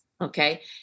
Okay